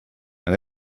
and